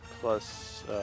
plus